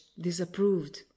disapproved